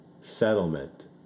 settlement